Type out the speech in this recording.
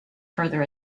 further